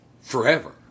Forever